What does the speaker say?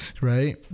Right